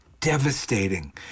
devastating